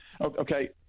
Okay